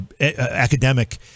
academic